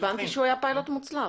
הבנתי שהיה פיילוט מוצלח.